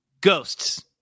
Ghosts